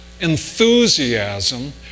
enthusiasm